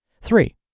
Three